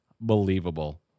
Believable